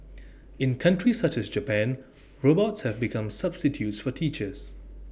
in countries such as Japan robots have become substitutes for teachers